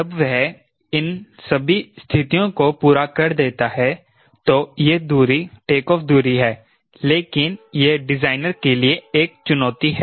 जब वह इन सभी स्थितियों को पूरा कर देता है तो यह दूरी टेकऑफ़ दूरी है लेकिन यह डिजाइनर के लिए एक चुनौती है